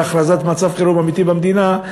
בהכרזת מצב חירום אמיתי במדינה,